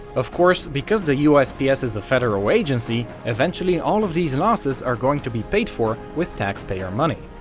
of course, because the usps is a federal agency eventually all of these losses are going to be paid for with taxpayer money.